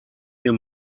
mir